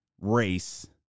race